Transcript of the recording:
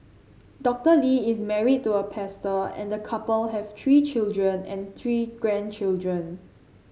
Doctor Lee is married to a pastor and a couple have three children and three grandchildren